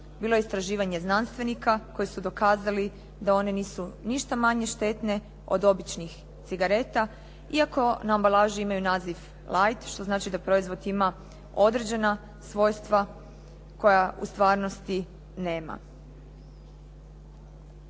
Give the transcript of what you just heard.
bilo je istraživanje znanstvenika koji su dokazali da oni nisu ništa manje štetne od običnih cigareta, iako na ambalaži imaju naziv light što znači da proizvod ima određena svojstva koja u stvarnosti nema.